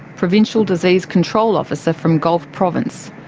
provincial disease control officer from gulf province.